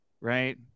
right